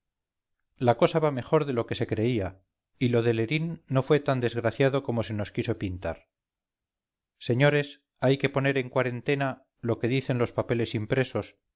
la cosa va mejor de lo que se creía y lo de lerín no fue tan desgraciado como se nos quiso pintar señores hay que poner en cuarentena lo que dicen los papeles impresos